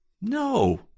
No